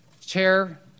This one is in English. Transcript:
chair